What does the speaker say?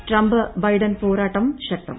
Trump Biden പോരാട്ടം ശക്തം